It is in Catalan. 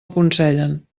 aconsellen